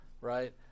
right